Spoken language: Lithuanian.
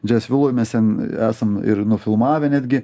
džes viloje mes ten esam ir nufilmavę netgi